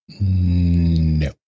No